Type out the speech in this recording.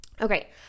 Okay